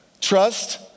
Trust